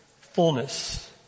fullness